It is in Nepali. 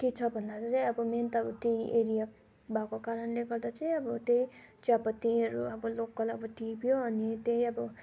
के छ भन्दाखेरि चाहिँ अब मेन त अब टी एरिया भएको कारणले गर्दाखेरि चाहिँ अब त्यही चियापत्तीहरू अब लोकल अब टिप्यो अनि त्यही अब